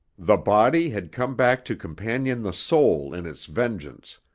the body had come back to companion the soul in its vengeance,